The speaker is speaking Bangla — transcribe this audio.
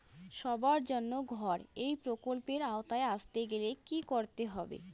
সবার জন্য ঘর এই প্রকল্পের আওতায় আসতে গেলে কি করতে হবে?